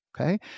okay